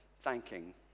thanking